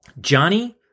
Johnny